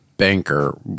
banker